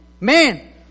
man